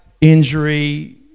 injury